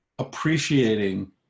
appreciating